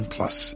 Plus